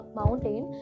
mountain